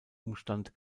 umstand